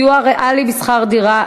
(סיוע ריאלי בשכר דירה),